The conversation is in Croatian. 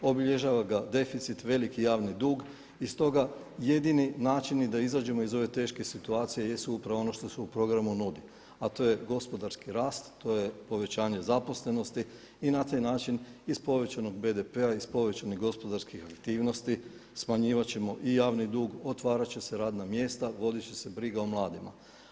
Obilježava ga deficit, veliki javni dug i stoga jedini način da izađemo iz ove teške situacije jesu upravo ono što se u programu nudi, a to je gospodarski rast, to je povećanje zaposlenosti i na taj način iz povećanog BDP-a, iz povećanih gospodarskih aktivnosti smanjivat ćemo i javni dug, otvarat će se radna mjesta, vodit će se briga o mladima.